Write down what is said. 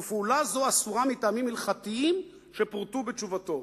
ופעולה זו אסורה מטעמים הלכתיים שפורטו בתשובתו.